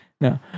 no